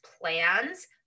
plans